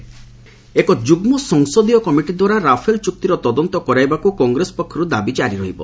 Congress Rafale ଏକ ଯୁଗ୍ମ ସଂସଦୀୟ କମିଟି ଦ୍ୱାରା ରାଫେଲ ଚୁକ୍ତିର ତଦନ୍ତ କରାଇବାକୁ କଂଗ୍ରେସ ପକ୍ଷରୁ ଦାବି କାରି ରହିବ